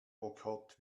boykott